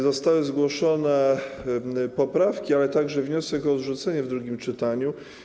Zostały zgłoszone poprawki, ale także wniosek o odrzucenie w drugim czytaniu.